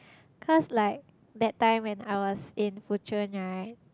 cause like that time when I was in Fu-chun right